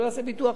לא יעשה ביטוח,